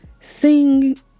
sing